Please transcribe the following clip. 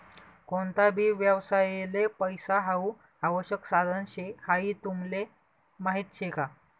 कोणता भी व्यवसायले पैसा हाऊ आवश्यक साधन शे हाई तुमले माहीत शे का?